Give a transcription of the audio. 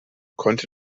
konnte